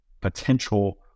potential